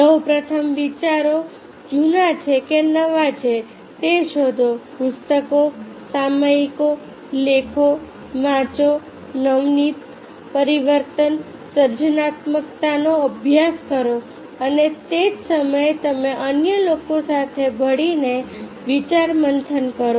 સૌપ્રથમ વિચારો જુના છે કે નવા છે તે શોધો પુસ્તકો સામયિકો લેખો વાંચો નવીનતા પરિવર્તન સર્જનાત્મકતાનો અભ્યાસ કરો અને તે જ સમયે તમે અન્ય લોકો સાથે ભળીને વિચાર મંથન કરો